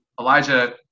Elijah